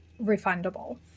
refundable